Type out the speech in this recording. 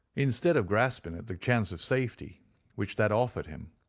instead of grasping at the chance of safety which that offered him,